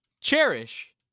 cherish